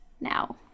now